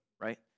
right